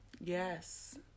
yes